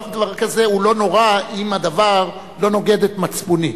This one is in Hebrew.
דבר כזה לא נורא אם הדבר לא נוגד את מצפוני.